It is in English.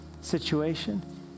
situation